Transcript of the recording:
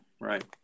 right